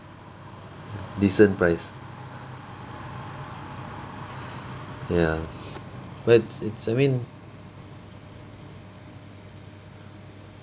decent price ya but it's it's I mean